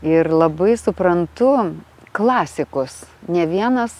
ir labai suprantu klasikus ne vienas